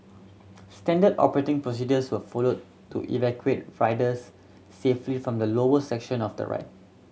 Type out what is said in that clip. standard operating procedures were followed to evacuate riders safely from the lower section of the ride